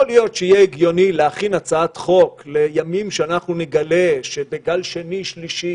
יכול להיות שיהיה הגיוני להכין הצעת חוק לימים שנגלה שבגל שני ושלישי